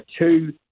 two